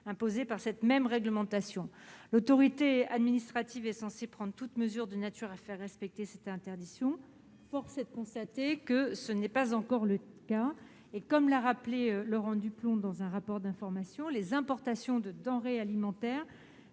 imposées par cette même réglementation. « L'autorité administrative prend toutes mesures de nature à faire respecter l'interdiction prévue au premier alinéa. » Force est de constater que ce n'est pas encore le cas. Comme l'a rappelé Laurent Duplomb dans un rapport d'information, les importations de denrées alimentaires